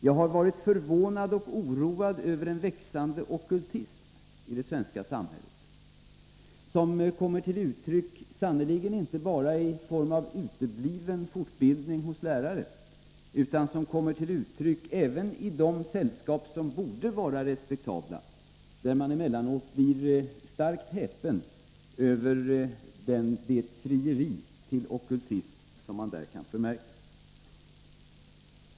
Jag har varit förvånad och oroad över en växande ockultism i det svenska samhället, som sannerligen inte bara kommer till uttryck i form av utebliven fortbildning av lärare utan som kommer till uttryck även i de sällskap som borde vara respektabla. Man blir emellanåt starkt häpen över det frieri till ockultism som man där kan förmärka.